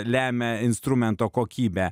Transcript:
lemia instrumento kokybę